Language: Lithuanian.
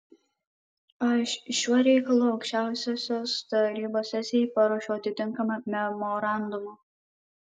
aš šiuo reikalu aukščiausiosios tarybos sesijai paruošiau atitinkamą memorandumą